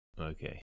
Okay